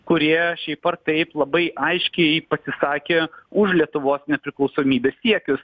kurie šiaip ar taip labai aiškiai pasisakė už lietuvos nepriklausomybės siekius